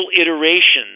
iterations